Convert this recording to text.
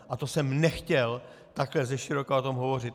A to jsem nechtěl takhle zeširoka o tom hovořit.